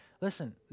Listen